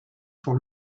sur